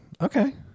Okay